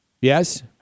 Yes